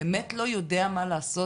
באמת לא יודע מה לעשות.